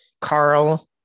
Carl